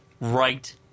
right